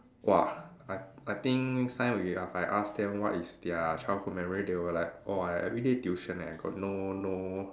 !wah! I I think next time if I ask them what is their childhood memory they will like oh I everyday tuition eh got no no